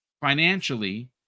financially